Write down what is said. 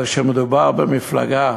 כשמדובר במפלגה